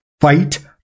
Fight